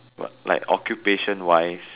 what like occupation wise